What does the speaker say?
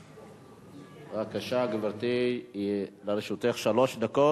בבקשה, גברתי, לרשותך שלוש דקות.